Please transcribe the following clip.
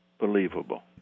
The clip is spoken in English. believable